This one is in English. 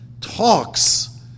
talks